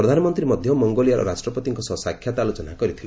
ପ୍ରଧାନମନ୍ତ୍ରୀ ମଧ୍ୟ ମଙ୍ଗୋଲିଆର ରାଷ୍ଟ୍ରପତିଙ୍କ ସହ ସାକ୍ଷାତ୍ ଆଲୋଚନା କରିଥିଲେ